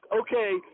okay –